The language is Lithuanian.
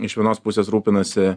iš vienos pusės rūpinasi